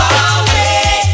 away